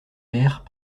mères